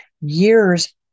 years